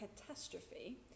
catastrophe